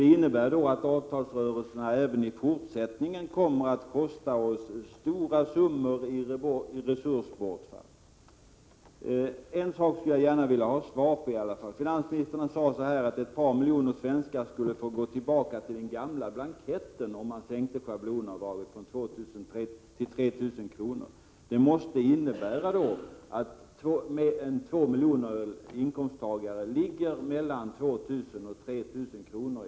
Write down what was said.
Det innebär att avtalsrörelserna även i fortsättningen kommer att kosta oss stora summor i resursbortfall. En sak skulle jag gärna vilja få ett svar på. Finansministern sade att ett par miljoner svenskar skulle få gå tillbaka till den gamla deklarationsblanketten, om schablonavdraget sänktes från 3 000 kr. till 2 000 kr. Det skulle innebära att två miljoner inkomsttagare har mellan 2 000 och 3 000 kr.